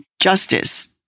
justice